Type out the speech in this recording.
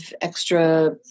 extra